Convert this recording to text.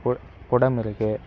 கு குடம் இருக்கு